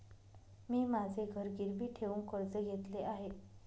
मी माझे घर गिरवी ठेवून कर्ज घेतले आहे